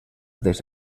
des